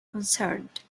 concerned